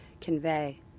convey